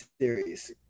series